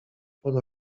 pod